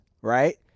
right